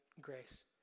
grace